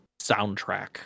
soundtrack